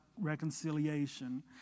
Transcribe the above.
reconciliation